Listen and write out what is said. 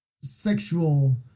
sexual